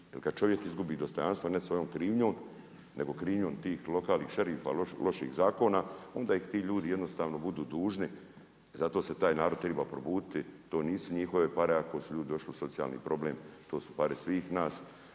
kad čovjek izgubi dostojanstvo ne svojom krivnjom, nego krivnjom tih lokalnih šerifa, loših zakona, onda ih ti ljudi jednostavno budu dužni. I zato se taj narod triba probuditi. To nisu njihove pare ako su ljudi došli u socijalni problem, to su pare svih nas